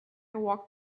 walked